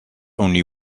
only